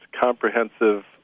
comprehensive